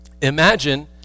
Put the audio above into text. Imagine